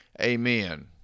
Amen